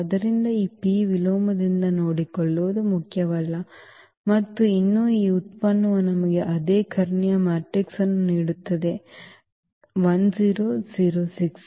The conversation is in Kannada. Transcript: ಆದ್ದರಿಂದ ಈ P ವಿಲೋಮದಿಂದ ನೋಡಿಕೊಳ್ಳುವುದು ಮುಖ್ಯವಲ್ಲ ಮತ್ತು ಇನ್ನೂ ಈ ಉತ್ಪನ್ನವು ನಮಗೆ ಅದೇ ಕರ್ಣೀಯ ಮ್ಯಾಟ್ರಿಕ್ಸ್ ಅನ್ನು ನೀಡುತ್ತದೆ 1 0 0 6